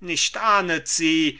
nicht ahnet sie